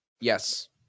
Yes